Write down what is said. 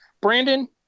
Brandon